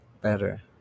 better